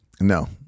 No